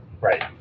Right